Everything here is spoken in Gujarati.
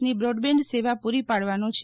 ની બ્રોડબેન્ડ સેવા પૂરી પાડવાનો છે